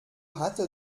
hatte